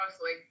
mostly